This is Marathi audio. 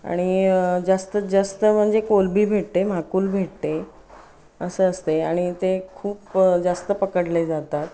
आणि जास्तीत जास्त म्हणजे कोलंबी भेटते म्हाकुल भेटते असं असते आणि ते खूप जास्त पकडले जातात